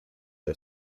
are